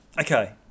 Okay